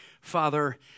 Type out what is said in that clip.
Father